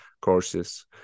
courses